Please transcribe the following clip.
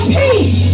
peace